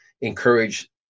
encourage